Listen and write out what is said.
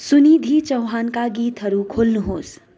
सुनिधी चौहानका गीतहरू खोल्नुहोस्